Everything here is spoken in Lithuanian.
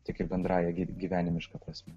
tiek ir bendrąja gy gyvenimiška prasme